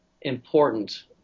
important